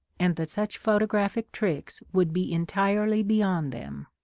and that such photo graphic tricks would be entirely beyond them,